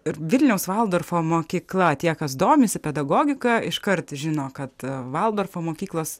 ir vilniaus valdorfo mokykla tie kas domisi pedagogika iškart žino kad valdorfo mokyklos